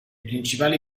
principali